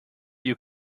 you